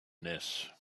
this